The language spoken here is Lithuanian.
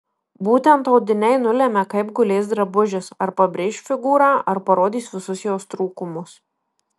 būtent audiniai nulemia kaip gulės drabužis ar pabrėš figūrą ar parodys visus jos trūkumus